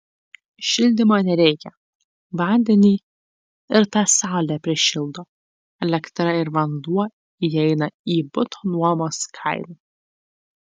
šildymo nereikia vandenį ir tą saulė prišildo elektra ir vanduo įeina į buto nuomos kainą